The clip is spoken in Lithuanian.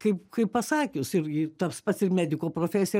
kaip kaip pasakius ir tas pats ir mediko profesija